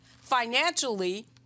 financially